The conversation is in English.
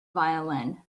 violin